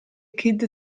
kid